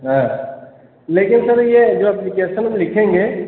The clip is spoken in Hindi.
हाँ लेकिन सर यह जो अप्लीकेसन में लिखेंगे